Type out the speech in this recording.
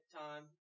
time